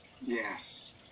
Yes